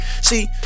see